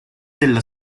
della